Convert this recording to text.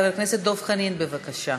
חבר הכנסת דב חנין, בבקשה.